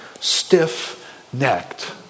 stiff-necked